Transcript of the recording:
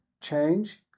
change